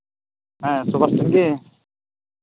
ᱦᱮᱸ